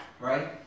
right